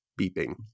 beeping